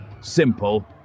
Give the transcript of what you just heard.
Simple